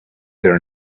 their